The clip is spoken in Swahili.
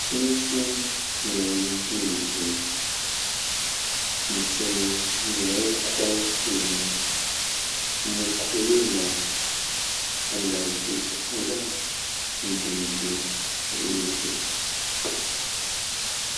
Hizi ni ndizi zenye ziwekwa chini , mkulima anazifunga ndizi hizi.